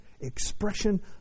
expression